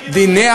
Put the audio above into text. לוי,